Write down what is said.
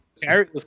Carrie